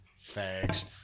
Fags